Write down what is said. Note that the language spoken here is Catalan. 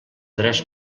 tres